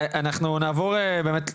אנחנו נעבור באמת,